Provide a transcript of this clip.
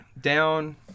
Down